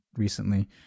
recently